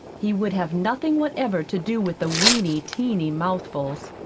he would have nothing whatever to do with the weeny, teeny mouthfuls,